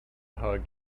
hug